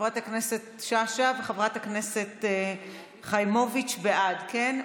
חברת הכנסת שאשא וחברת הכנסת חיימוביץ', בעד, כן?